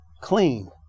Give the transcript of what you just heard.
clean